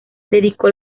dedicó